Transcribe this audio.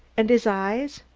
and his eyes?